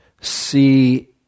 see